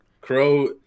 Crow